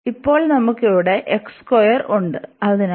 ഇപ്പോൾ നമുക്ക് ഇവിടെ ഉണ്ട് അതിനാൽ